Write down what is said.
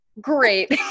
great